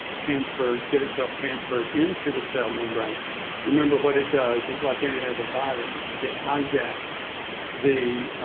transferred get itself transferred into the cell membrane remember what it does it's like any other virus it hijacks the